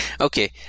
Okay